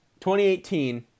2018